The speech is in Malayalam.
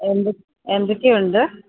അ എന്തൊ എന്തൊക്കെയുണ്ട്